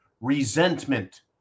resentment